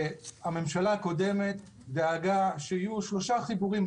הממשלה הקודמת דאגה שיהיו שלושה חיבורים,